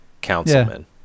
Councilman